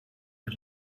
per